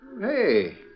Hey